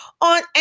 on